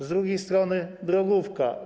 Z drugiej strony drogówka.